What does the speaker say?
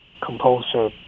composer